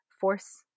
force